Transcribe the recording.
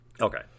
Okay